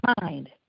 mind